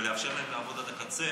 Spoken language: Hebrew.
ולאפשר להם לעבוד עד הקצה,